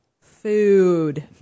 food